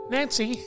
Nancy